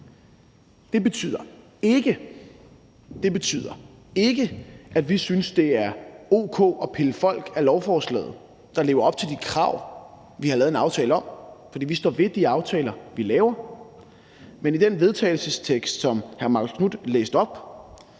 Det betyder ikke, at vi synes, det er o.k. at pille folk af lovforslaget, der lever op til de krav, vi har lavet en aftale om, for vi står ved de aftaler, vi laver. Men i den vedtagelsestekst, som hr. Marcus Knuth læste op,